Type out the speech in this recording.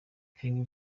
king